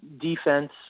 Defense